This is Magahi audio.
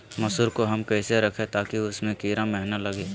मसूर को हम कैसे रखे ताकि उसमे कीड़ा महिना लगे?